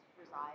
reside